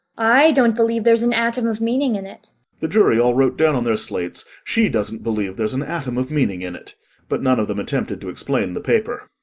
i don't believe there's an atom of meaning in it the jury all wrote down on their slates, she doesn't believe there's an atom of meaning in it but none of them attempted to explain the paper.